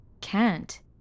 can't